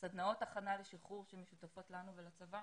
סדנאות הכנה לשחרור שמשותפות לנו ולצבא